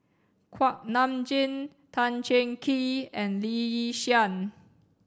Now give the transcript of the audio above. Kuak Nam Jin Tan Cheng Kee and Lee Yi Shyan